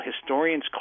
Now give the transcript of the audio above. historians